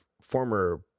former